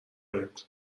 حیاط